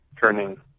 turning